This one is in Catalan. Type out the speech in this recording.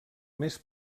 més